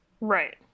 Right